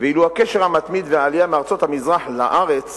ואילו הקשר המתמיד והעלייה מארצות המזרח לארץ